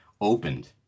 opened